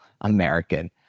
American